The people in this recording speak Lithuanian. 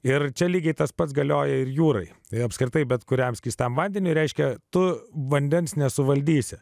ir čia lygiai tas pats galioja ir jūrai ir apskritai bet kuriam skystam vandeniui reiškia tu vandens nesuvaldysi